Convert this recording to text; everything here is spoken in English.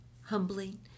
humbling